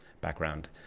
background